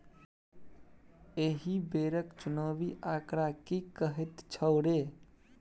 एहि बेरक चुनावी आंकड़ा की कहैत छौ रे